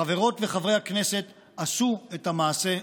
חברות וחברי הכנסת, עשו את המעשה הנכון.